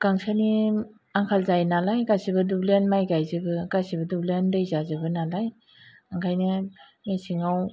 गांसोनि आंखाल जायो नालाय गासिबो दुब्लिआनो माइ गायजोबो गासिबो दुब्लिआनो दै जाजोबो नालाय ओंखायनो मेसेङाव